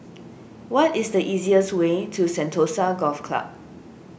what is the easiest way to Sentosa Golf Club